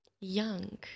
young